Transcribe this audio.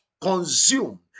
consume